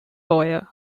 lawyer